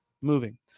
moving